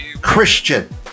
Christian